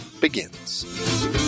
begins